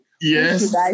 Yes